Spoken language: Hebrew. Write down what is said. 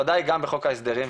ודאי גם בחוק ההסדרים,